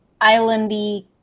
islandy